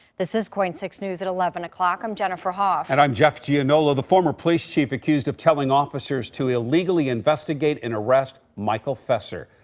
this is koin six news at eleven o'clock, i'm jennifer ha and i'm jeff to you and know ah the former police chief accused of telling officers to illegally investigate and arrest michael fester.